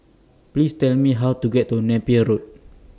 Please Tell Me How to get to Napier Road